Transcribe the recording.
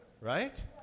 right